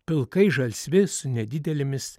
pilkai žalsvi su nedidelėmis